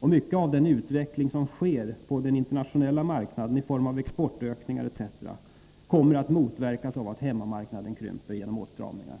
och mycket av den utveckling som sker på den internationella marknaden i form av exportökningar etc. kommer att motverkas av att hemmamarknaden krymper genom åtstramningar.